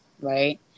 Right